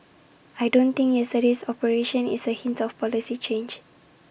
I don't think yesterday's operation is A hint of A policy change